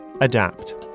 Adapt